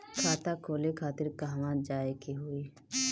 खाता खोले खातिर कहवा जाए के होइ?